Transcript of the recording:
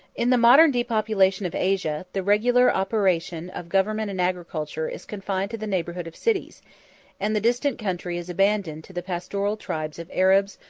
in the modern depopulation of asia, the regular operation of government and agriculture is confined to the neighborhood of cities and the distant country is abandoned to the pastoral tribes of arabs,